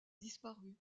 disparu